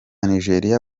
nigeria